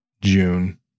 June